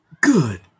Good